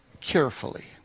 carefully